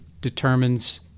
determines